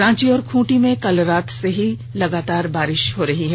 रांची और खूंटी में कल रात से ही लगातार बारिश हो रही है